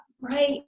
Right